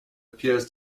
appears